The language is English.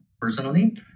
personally